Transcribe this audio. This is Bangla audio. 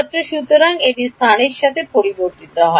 ছাত্র সুতরাং এটি স্থানের সাথে পরিবর্তিত হয়